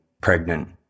pregnant